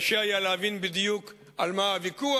קשה היה להבין בדיוק על מה הוויכוח,